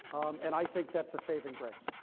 and i think that's a saving grace.